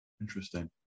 Interesting